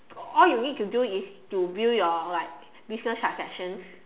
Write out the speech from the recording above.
all you need to do is to build your like business transactions